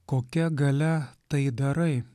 kokia galia tai darai